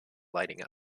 lighting